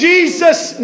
Jesus